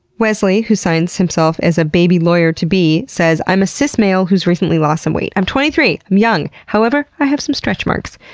wesley who signs himself as a baby-lawyer-to-be says, i'm a cis male who's recently lost some weight. i'm twenty three. i'm young, however i have some stretch marks.